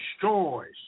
destroys